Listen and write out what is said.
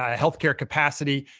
ah health care capacity,